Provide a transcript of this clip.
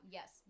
Yes